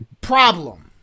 problem